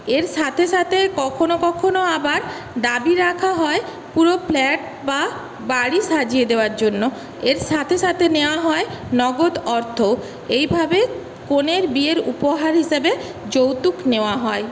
এর সাথে সাথে কখনো কখনো আবার দাবি রাখা হয় পুরো ফ্ল্যাট বা বাড়ি সাজিয়ে দেওয়ার জন্য এর সাথে সাথে নেওয়া হয় নগদ অর্থ এইভাবে কনের বিয়ের উপহার হিসাবে যৌতুক নেওয়া হয়